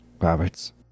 Roberts